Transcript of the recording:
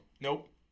nope